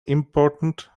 important